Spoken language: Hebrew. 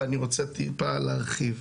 ואני רוצה טיפה להרחיב.